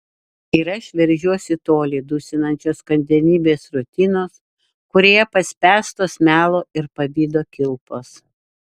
ir aš veržiuosi į tolį dusinančios kasdienybės rutinos kurioje paspęstos melo ir pavydo kilpos